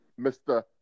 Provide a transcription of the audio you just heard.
Mr